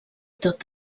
tot